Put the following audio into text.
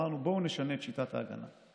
אמרנו: בואו נשנה את שיטת ההגנה.